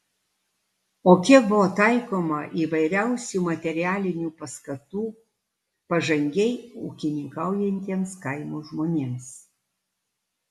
o kiek buvo taikoma įvairiausių materialinių paskatų pažangiai ūkininkaujantiems kaimo žmonėms